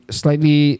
...slightly